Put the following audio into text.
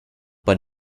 but